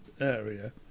area